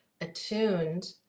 attuned